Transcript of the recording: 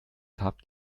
habt